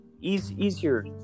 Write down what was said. easier